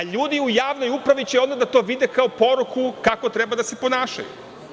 LJudi u javnoj upravi će to da vide kao poruku kako treba da se ponašaju.